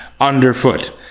underfoot